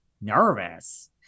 nervous